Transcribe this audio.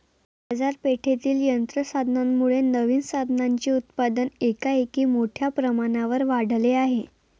बाजारपेठेतील यंत्र साधनांमुळे नवीन साधनांचे उत्पादन एकाएकी मोठ्या प्रमाणावर वाढले आहे